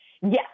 Yes